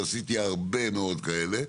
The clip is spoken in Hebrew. ועשיתי הרבה מאוד כאלה,